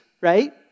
right